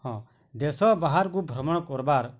ହଁ ଦେଶ ବାହାର୍କୁ ଭ୍ରମଣ କରବାର୍